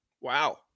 Wow